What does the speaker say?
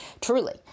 truly